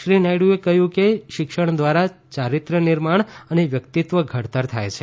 શ્રી નાયડુએ કહ્યું કે શિક્ષણ દ્વારા ચારિત્ર્ય નિર્માણ અને વ્યક્તિત્વ ઘડતર થાય છે